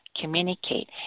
communicate